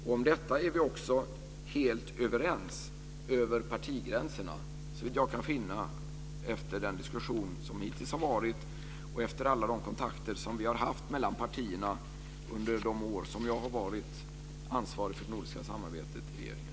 Om detta är vi också helt överens över partigränserna; såvitt jag kan finna efter den diskussion som hittills har varit och efter alla de kontakter vi har haft mellan partierna under de år jag har varit ansvarig för det nordiska samarbetet i regeringen.